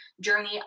journey